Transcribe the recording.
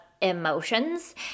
emotions